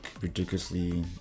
ridiculously